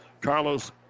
Carlos